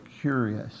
curious